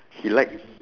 he like